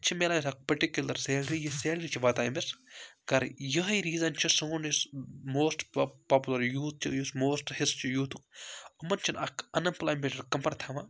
ییٚتہِ چھُ نہٕ میلان پٔرٹِکیٛوٗلَر سیلری یہِ سیلری چھِ واتان أمِس کَرٕنۍ یِہَے ریٖزَن چھُ سون یُس موسٹ پاپوٗلَر یوٗتھ چھُ یُس موسٹہٕ حِصہٕ چھُ یوٗتھُک یِمَن چھِنہٕ اَکھ اَن ایٚمپلایمٮ۪نٛٹ کَمپَر تھاوان